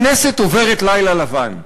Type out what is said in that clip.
הכנסת עוברת לילה לבן.